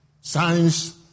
Science